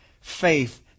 faith